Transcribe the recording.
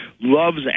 loves